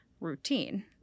routine